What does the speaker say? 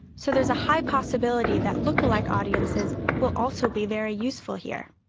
so there is a high possibility that lookalike audiences will also be very useful here.